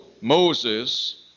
Moses